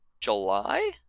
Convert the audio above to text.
july